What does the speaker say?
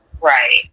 Right